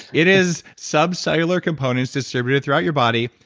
it is subcellular components distributed throughout your body,